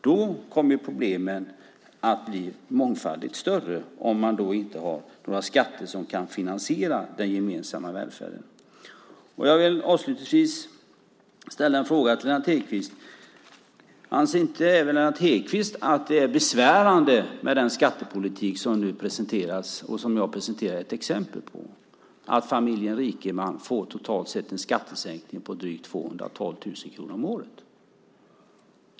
Då kommer problemen att bli mångfaldigt större om man inte har några skatter som kan finansiera den gemensamma välfärden. Jag vill avslutningsvis ställa en fråga till Lennart Hedquist. Anser inte även Lennart Hedquist att det är besvärande med den skattepolitik som nu presenteras och som jag presenterade ett exempel på där familjen Rikeman får en skattesänkning på totalt drygt 212 000 kronor om året?